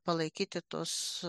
palaikyti tos